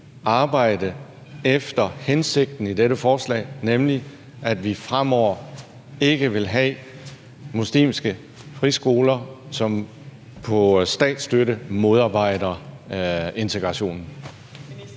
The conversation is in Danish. arbejde efter hensigten i dette forslag, nemlig at vi fremover ikke vil have muslimske friskoler, som på statsstøtte modarbejder integrationen?